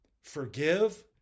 forgive